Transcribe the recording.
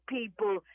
people